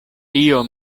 tio